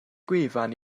gwefan